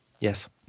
Yes